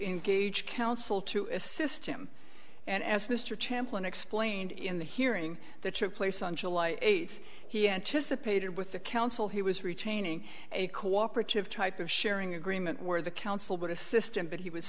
engage counsel to assist him and as mr champlin explained in the hearing that took place on july eighth he anticipated with the counsel he was retaining a cooperative type of sharing agreement where the counsel but assistant but he w